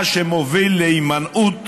מה שמוביל להימנעות